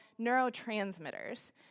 neurotransmitters